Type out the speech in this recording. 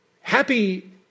happy